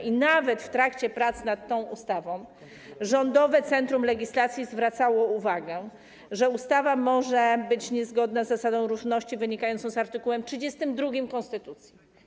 I nawet w trakcie prac nad tą ustawą Rządowe Centrum Legislacji zwracało uwagę, że ustawa może być niezgodna z zasadą równości wynikającą z art. 32 konstytucji.